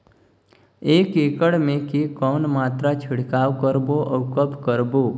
एक एकड़ मे के कौन मात्रा छिड़काव करबो अउ कब करबो?